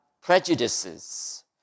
prejudices